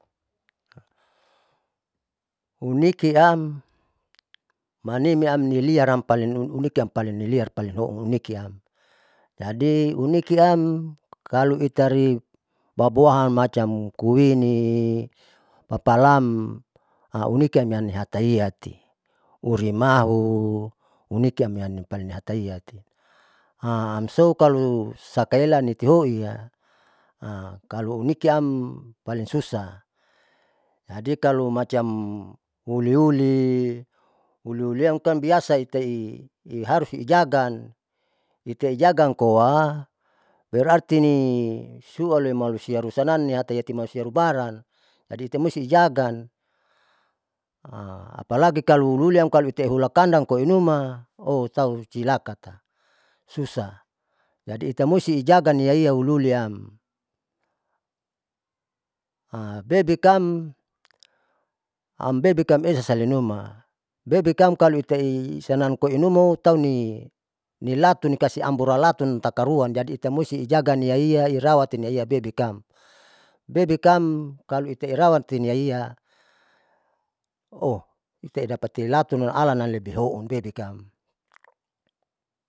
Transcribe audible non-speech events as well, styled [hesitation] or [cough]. Unikiam manimiam niliaram paling unikiam paling niliar palin houn unikiam, jadi unikiam kalo itari, babuhan macam kuini papalam [hesitation] unikiam iniahataiyati urimahu uniki amia nipaling nihataiati [hesitation] sokalo sakaela nipihoia [hesitation] kalounikiam paling susah, jadi kalo macam uliuli uliuliam kan biasa itai iharusi ijaga, itaijaga amkoa berarti nisua loimarusia rusannam ihatayati malusianubaran jadi itamusti ijaga [hesitation] apalagi kalo uliuliam kandan koinuma [hesitation] tau cilakata susah jadi itamusti ijagaya niiaia uliuliam [hesitation] bebika ambebeknam esasalinuma bebekam aloitaisanamkoinumao tau nilatun nikasiambur lalatun takaruan jadi itamusti ijaga iaia irawat tati iaia bebekam, bebekam kalo itairawat iaia oita idapati lapuialan ihoun bebikam.